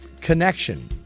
connection